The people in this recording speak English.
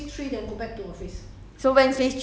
you just lazy to go work